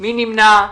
מי נמנע?